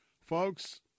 Folks